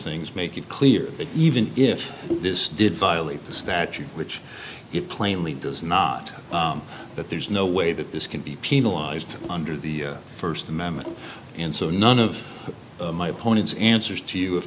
things make it clear that even if this did violate the statute which it plainly does not that there's no way that this can be penalized under the first amendment and so none of my opponent's answers to